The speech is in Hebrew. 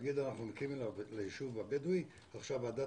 להגיד אנחנו מקימים ליישוב הבדואי ועדת